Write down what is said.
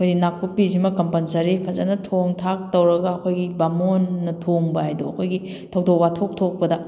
ꯑꯩꯈꯣꯏ ꯅꯥꯀꯨꯞꯄꯤꯁꯤꯃ ꯀꯝꯄꯜꯁꯔꯤ ꯐꯖꯅ ꯊꯣꯡ ꯊꯥꯛ ꯇꯧꯔꯒ ꯑꯩꯈꯣꯏꯒꯤ ꯕꯥꯃꯣꯟꯅ ꯊꯣꯡꯕ ꯍꯥꯏꯗꯣ ꯑꯩꯈꯣꯏꯒꯤ ꯊꯧꯗꯣꯛ ꯋꯥꯊꯣꯛ ꯊꯣꯛꯄꯗ